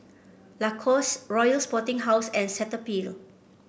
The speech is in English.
Lacoste Royal Sporting House and Cetaphil